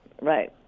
Right